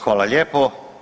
Hvala lijepo.